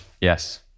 yes